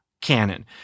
canon